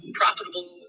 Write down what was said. profitable